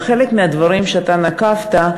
וחלק מהדברים שבהם נקבת,